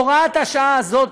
הוראת השעה הזאת,